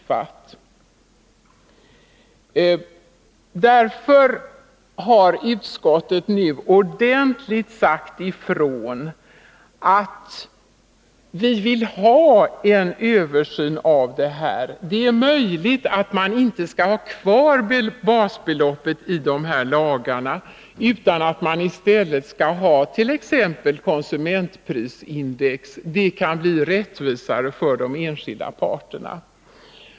Därför har utskottet ordentligt sagt ifrån. Vi vill ha en översyn av det här. Det är möjligt att man inte skall ha kvar basbeloppet när det gäller de här lagarna, utan att man i stället skall hat.ex. konsumentprisindex. Det kan bli rättvisare för de enskilda parterna.